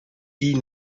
die